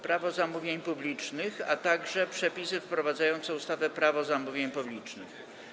Prawo zamówień publicznych, - Przepisy wprowadzające ustawę Prawo zamówień publicznych.